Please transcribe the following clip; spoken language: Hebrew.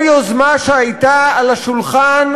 כל יוזמה שהייתה על השולחן,